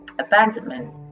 Abandonment